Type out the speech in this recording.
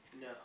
no